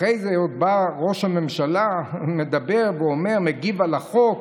ואחרי זה עוד בא ראש הממשלה, מדבר, מגיב על החוק,